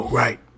right